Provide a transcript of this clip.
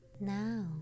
Now